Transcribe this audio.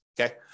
okay